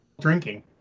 drinking